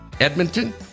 edmonton